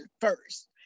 first